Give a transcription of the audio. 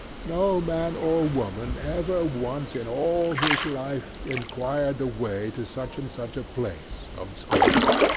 no man or woman ever once in all his life inquired the way to such and such a place, of scrooge.